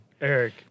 Eric